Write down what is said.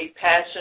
passion